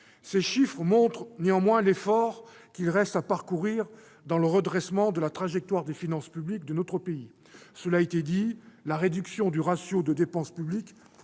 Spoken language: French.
Ces chiffres montrent néanmoins l'effort qu'il reste à fournir pour le redressement de la trajectoire des finances publiques de notre pays. Cela a été dit, la réduction du ratio de dépenses publiques